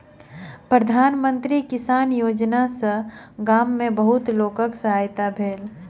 प्रधान मंत्री किसान योजना सॅ गाम में बहुत लोकक सहायता भेल